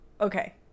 Okay